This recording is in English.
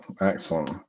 excellent